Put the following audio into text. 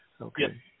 Okay